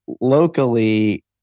locally